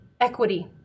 equity